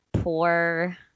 poor